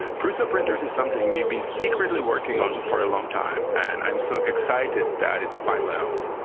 prusaprinters is something we've been secretly working on for a long time and i'm so excited that it's finally out.